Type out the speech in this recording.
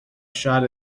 shot